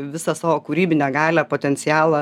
visą savo kūrybinę galią potencialą